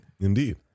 Indeed